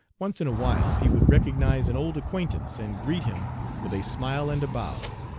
once in awhile he would recognize an old acquaintance and greet him with a smile and a bow.